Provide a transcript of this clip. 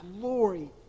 glory